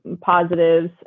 positives